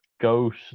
ghost